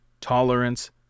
tolerance